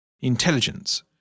Intelligence